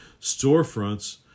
Storefronts